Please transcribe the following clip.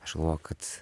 aš galvoju kad